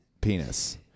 penis